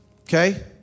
okay